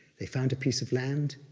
they found a piece of land,